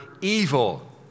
evil